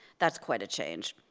that's quite a change.